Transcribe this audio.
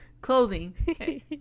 clothing